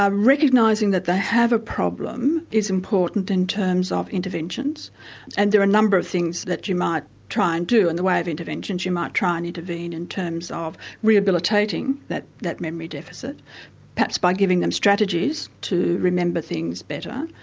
ah recognising that they have a problem is important in terms of interventions and there are a number of things that you might try and do in the way of interventions you might try and intervene in terms of rehabilitating that that memory deficit perhaps by giving them strategies to remember things better.